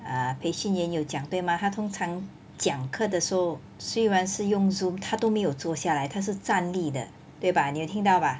err 培训员有讲对吗他通常讲课的时候虽然是用 Zoom 他都没有坐下来他是站立的对吧你又听到吧